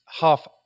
half